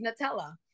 Nutella